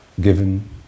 given